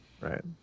Right